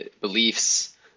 beliefs